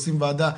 עושים וועדה,